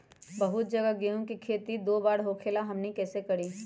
बहुत जगह गेंहू के खेती दो बार होखेला हमनी कैसे करी?